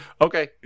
okay